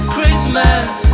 Christmas